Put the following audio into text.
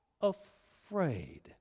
afraid